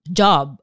job